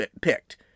picked